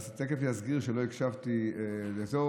אז תכף זה יסגיר שלא הקשבתי לדברים,